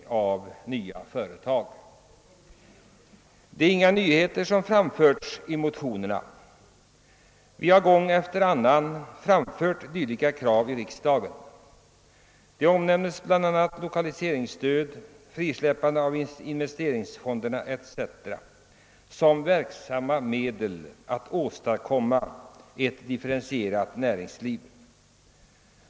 av nya företag. ; 5 Det är inga nyheter som föreslås i motionerna. Vi har gång efter annan framfört samma. krav i riksdagen. Vi föreslår bl.a. lokaliseringsstöd, frisläppande av investeringsfonderna etc. som verksamma medel för att åstadkomma ett differentierat näringsliv.